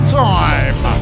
time